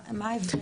מה ההבדל?